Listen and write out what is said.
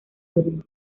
orden